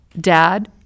Dad